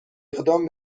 اقدام